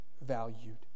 valued